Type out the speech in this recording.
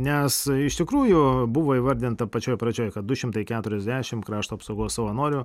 nes iš tikrųjų buvo įvardinta pačioj pradžioj kad du šimtai keturiasdešimt krašto apsaugos savanorių